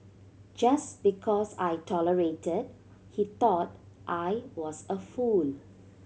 just because I tolerated he thought I was a fool